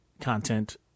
content